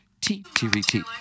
T-T-V-T